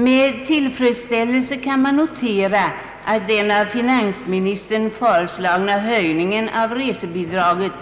Med tillfredsställelse kan man notera att den av finansministern föreslagna höjningen av resebidraget